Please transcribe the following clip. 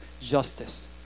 justice